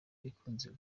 ikunze